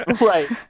right